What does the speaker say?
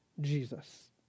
Jesus